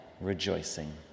rejoicing